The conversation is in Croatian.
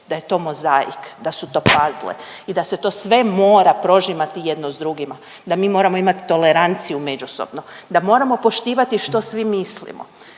da je to mozaik, da su to puzzle i da se to sve mora prožimati jedno s drugima, da mi moramo imati toleranciju međusobno. Da moramo poštivati što svi mislimo.